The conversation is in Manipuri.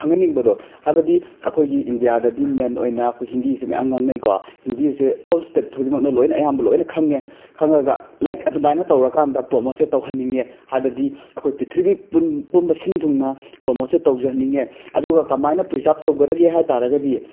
ꯈꯪꯍꯟꯅꯤꯡꯕꯗꯣ ꯍꯥꯏꯕꯗꯤ ꯑꯩꯈꯣꯏꯒꯤ ꯏꯟꯗꯤꯌꯥꯗꯗꯤ ꯃꯦꯟ ꯑꯣꯏꯅ ꯑꯩꯈꯣꯏ ꯍꯤꯟꯗꯤꯁꯦ ꯃꯌꯥꯝ ꯉꯥꯡꯅꯩꯀꯣ ꯍꯤꯟꯗꯤꯁꯦ ꯑꯣꯜ ꯁ꯭ꯇꯦꯠ ꯈꯨꯗꯤꯡꯃꯛꯅ ꯂꯣꯏꯅ ꯑꯌꯥꯝꯕ ꯂꯣꯏꯅ ꯈꯪꯉꯦ ꯈꯪꯉꯒ ꯂꯥꯏꯛ ꯑꯗꯨꯃꯥꯏꯅ ꯇꯧꯔꯀꯥꯟꯗ ꯄ꯭ꯔꯣꯃꯣꯠꯁꯦ ꯇꯧꯍꯟꯅꯤꯡꯉꯦ ꯍꯥꯏꯕꯗꯤ ꯑꯩꯈꯣꯏ ꯄ꯭ꯔꯤꯊꯤꯕꯤ ꯄꯨꯝ ꯄꯨꯝꯕ ꯁꯤꯟ ꯊꯨꯡꯅ ꯄ꯭ꯔꯣꯃꯣꯠꯁꯦ ꯇꯧꯖꯍꯟꯅꯤꯡꯉꯦ ꯑꯗꯨꯒ ꯀꯃꯥꯏꯅ ꯄ꯭ꯔꯤꯖꯥꯔꯞ ꯇꯧꯒꯗꯒꯦ ꯍꯥꯏ ꯇꯥꯔꯒꯗꯤ